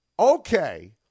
Okay